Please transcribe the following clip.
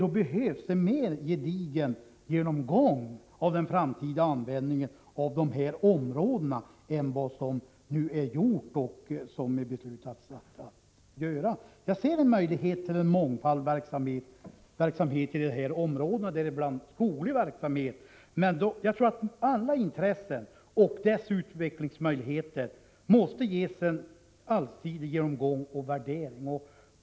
Det behövs en mer gedigen genomgång av den framtida användningen av de fjällnära skogsområdena än vad som nu har gjorts. Jag ser möjligheter till en mångfald verksamheter i de här områdena, däribland skoglig verksamhet. Men jag tror att alla intressen måste ges en allsidig genomgång och värdering.